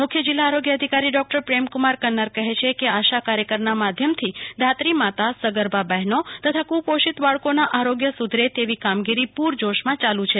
મુખ્ય જિલ્લા આરોગ્ય અધિકારી ડોક્ટર પ્રેમકુમાર કન્નર કહે છે કે આશા કાર્યકર ના માધ્યમ થી ધાત્રી માતા સગર્ભા બહેનો તથા કુપોષિત બાળકો ના આરોગ્ય ને સુધરે તેવી કામગીરી પુરજોસ માં ચાલુ જ છે